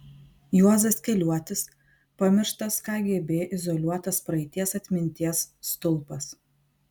juozas keliuotis pamirštas kgb izoliuotas praeities atminties stulpas